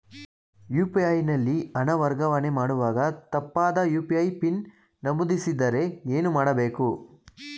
UPI ನಲ್ಲಿ ಹಣ ವರ್ಗಾವಣೆ ಮಾಡುವಾಗ ತಪ್ಪಾದ ಯು.ಪಿ.ಐ ಪಿನ್ ನಮೂದಿಸಿದರೆ ಏನು ಮಾಡಬೇಕು?